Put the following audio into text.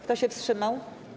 Kto się wstrzymał?